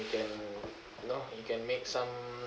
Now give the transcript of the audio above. then you know you can make some